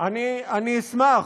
אני אשמח,